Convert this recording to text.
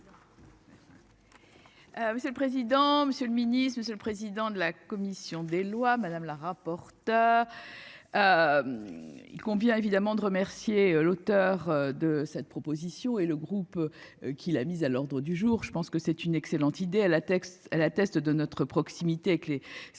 c'est le président, Monsieur le Ministre, Monsieur le président de la commission des lois. Madame la rapporteure. Il convient évidemment de remercier l'auteur de cette. Proposition et le groupe. Qui l'a mise à l'ordre du jour. Je pense que c'est une excellente idée à la texte elle atteste de notre proximité avec les secrétaires